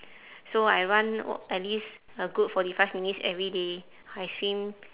so I run at least a good forty five minutes every day I swim